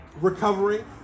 recovering